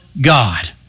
God